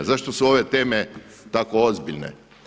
Zašto su ove teme tako ozbiljne?